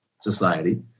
society